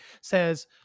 says